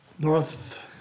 North